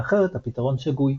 ואחרת הפתרון שגוי.